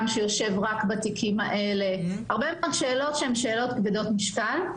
שיושב רק בתיקים האלה - הרבה מאוד שאלות כבדות משקל.